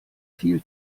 viel